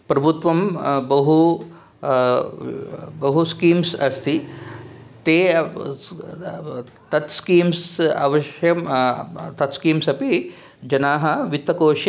प्रभुत्वं बहु बहु स्कीम्स् अस्ति ते तत् स्कीम्स् अवश्यं तत् स्कीम्स् अपि जनाः वित्तकोषे